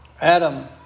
Adam